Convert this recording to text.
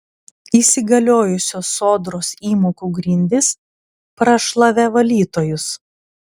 įsigaliojusios sodros įmokų grindys prašlavė valytojus